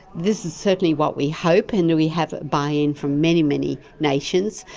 this is certainly what we hope, and we have buy-in from many, many nations.